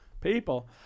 people